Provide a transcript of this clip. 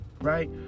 right